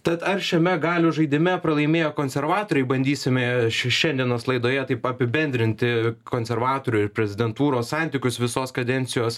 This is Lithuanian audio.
tad ar šiame galios žaidime pralaimėjo konservatoriai bandysime šiandienos laidoje taip apibendrinti konservatorių ir prezidentūros santykius visos kadencijos